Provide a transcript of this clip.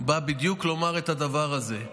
בא בדיוק לומר את הדבר הזה,